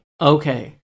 okay